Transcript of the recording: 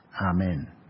Amen